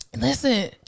Listen